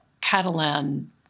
Catalan